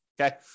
Okay